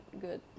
good